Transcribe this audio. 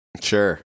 Sure